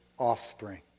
offspring